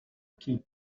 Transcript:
qui